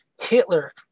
Hitler